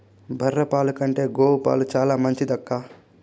బర్రె పాల కంటే గోవు పాలు చాలా మంచిదక్కా